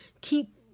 keep